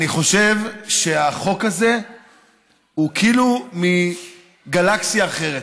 אני חושב שהחוק הזה הוא כאילו מגלקסיה אחרת.